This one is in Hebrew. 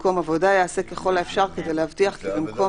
יעשה ככל האפשר כדי להבטיח כי במקום